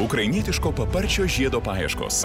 ukrainietiško paparčio žiedo paieškos